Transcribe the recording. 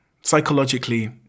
Psychologically